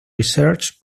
research